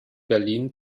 berlin